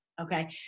Okay